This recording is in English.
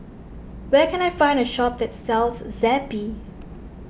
where can I find a shop that sells Zappy